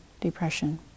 depression